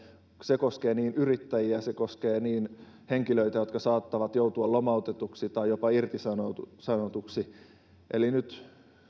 se koskee niin yrittäjiä kuin se koskee henkilöitä jotka saattavat joutua lomautetuksi tai jopa irtisanotuksi eli nyt